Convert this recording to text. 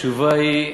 התשובה היא,